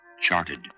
charted